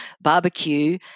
barbecue